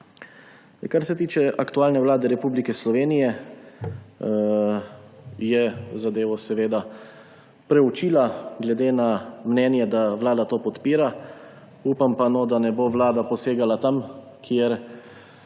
Kar se tiče aktualne vlade Republike Slovenije, ki je zadevo seveda preučila glede na mnenje, da vlada to podpira. Upam pa, da ne bo vlada posegala tam, kjer